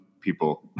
people